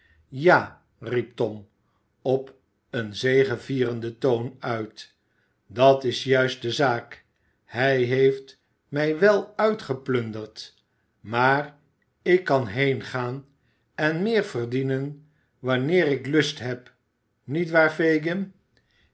ja riep tom op een zegevierenden toon uit dat is juist de zaak hij heeft mij wel uitgeplunderd maar ik kan heengaan en meer verdienen wanneer ik lust heb niet waar fagin